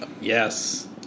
Yes